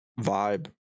vibe